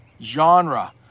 Genre